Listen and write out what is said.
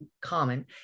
common